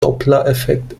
dopplereffekt